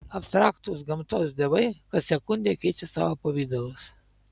abstraktūs gamtos dievai kas sekundę keičią savo pavidalus